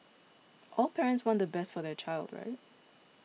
all parents want the best for their child right